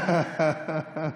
לדעתי,